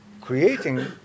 creating